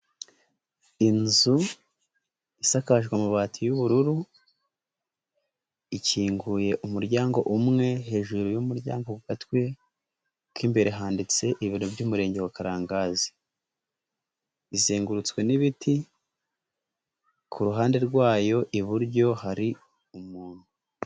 Inzu isakajwe amabati y'ubururu, ikinguye umuryango umwe, hejuru y'umuryango ku gatwe k'imbere handitse ibiro by'Umurenge wa Karangazi, izengurutswe n'ibiti ku ruhande rwayo iburyo hari umuntu.